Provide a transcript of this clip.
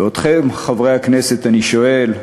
ואתכם, חברי הכנסת, אני שואל: